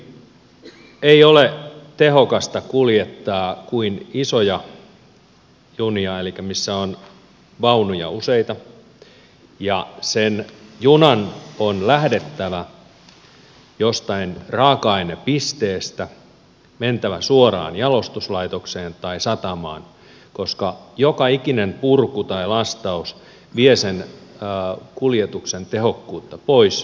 ensinnäkään ei ole tehokasta kuljettaa kuin isoja junia missä on vaunuja useita ja sen junan on lähdettävä jostain raaka ainepisteestä mentävä suoraan jalostuslaitokseen tai satamaan koska joka ikinen purku tai lastaus vie sen kuljetuksen tehokkuutta pois